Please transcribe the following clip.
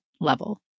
level